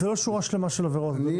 זה לא שורה שלמה של עבירות, אדוני.